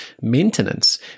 maintenance